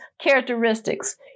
characteristics